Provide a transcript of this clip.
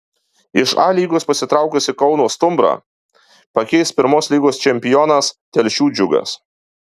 iš a lygos pasitraukusį kauno stumbrą pakeis pirmos lygos čempionas telšių džiugas